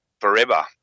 forever